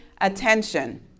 attention